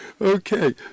okay